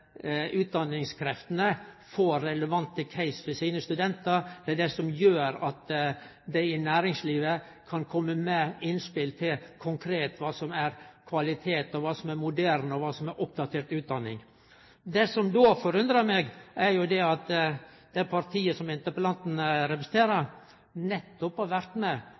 utdanningskreftene får relevante casar for sine studentar – det er det som gjer at dei i næringslivet kan kome med konkrete innspel til kva som er kvalitet, kva som er moderne, og kva som er oppdatert utdanning. Det som då forundrar meg, er at det partiet som interpellanten representerer, nettopp har vore med